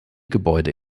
gebäude